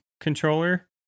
controller